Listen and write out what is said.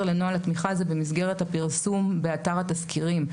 לנוהל התמיכה הזה במסגרת הפרסום באתר התזכירים.